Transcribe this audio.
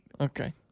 Okay